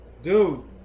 Dude